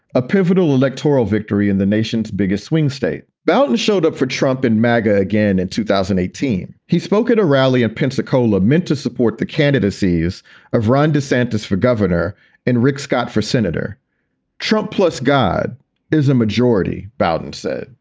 a pivotal electoral victory in the nation's biggest swing state. boulton showed up for trump in magga again in two thousand and eighteen. he spoke at a rally in pensacola meant to support the candidacies of ron desantis for governor and rick scott for senator trump. plus, god is a majority, boughton said.